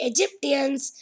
Egyptians